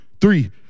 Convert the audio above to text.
three